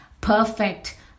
perfect